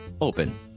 open